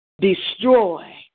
destroy